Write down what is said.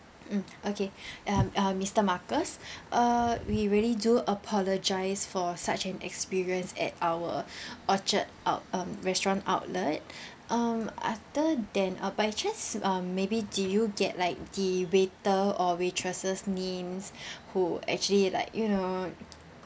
mm okay um um mister marcus uh we really do apologize for such an experience at our orchard uh um restaurant outlet um after than uh by chance um maybe did you get like the waiter or waitresses names who actually like you know